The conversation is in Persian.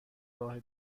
راه